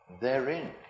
therein